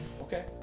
Okay